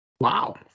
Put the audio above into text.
Wow